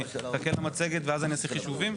אני אסתכל על המצגת ואז אני אעשה חישובים?